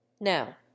Now